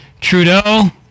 Trudeau